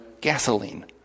gasoline